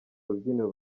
rubyiniro